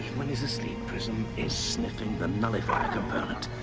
when he's asleep prism is sniffing the nullifier component.